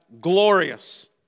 glorious